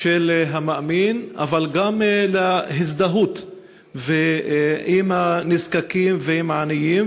של המאמין אבל גם להזדהות עם הנזקקים ועם העניים,